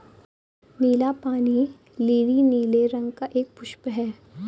नीला पानी लीली नीले रंग का एक पुष्प है